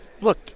look